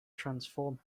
transform